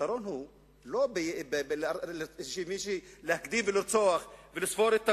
והפתרון הוא לא להקדים ולרצוח ולספור את הגופות,